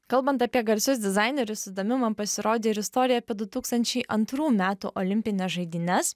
kalbant apie garsius dizainerius įdomi man pasirodė ir istorija apie du tūkstančiai antrų metų olimpines žaidynes